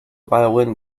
violin